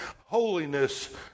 holiness